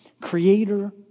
creator